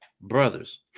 Brothers